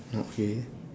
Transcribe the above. okay